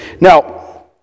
Now